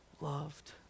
loved